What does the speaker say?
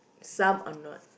some are not